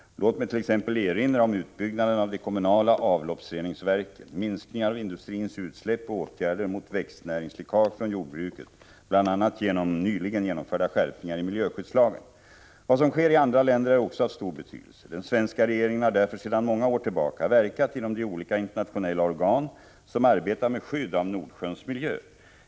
Låt mig t.ex. erinra om utbyggnaden av de kommunala avloppsreningsverken, minskningar av industrins utsläpp och åtgärder mot växtnäringsläckage från jordbruket, bl.a. genom nyligen genomförda skärpningar i miljöskyddslagen. Vad som sker i andra länder är också av stor betydelse. Den svenska regeringen har därför sedan många år tillbaka verkat inom de olika internationella organ som arbetar med skydd av Nordsjöns miljö.